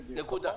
נקודה.